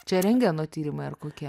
čia rentgeno tyrimai ar kokie